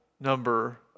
number